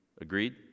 Agreed